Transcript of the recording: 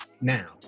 Now